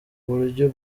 buryo